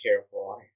careful